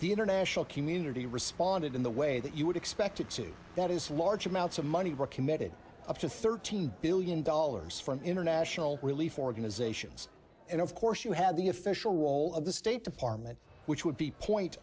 the international community responded in the way that you would expect it to that is large amounts of money were committed up to thirteen billion dollars from international relief organizations and of course you had the official role of the state department which would be point